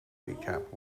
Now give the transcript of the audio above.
recap